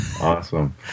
Awesome